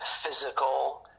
physical